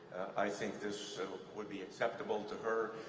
i think this so would be acceptable to her,